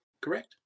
correct